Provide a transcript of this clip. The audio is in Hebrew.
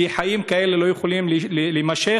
כי חיים כאלה לא יכולים להימשך.